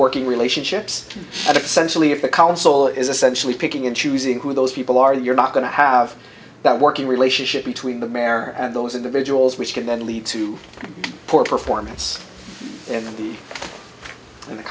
working relationships and essential if the council is essentially picking and choosing who those people are you're not going to have that working relationship between the mayor and those individuals which can then lead to poor performance and the in the